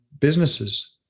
businesses